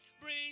bring